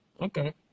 Okay